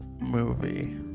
movie